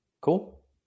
cool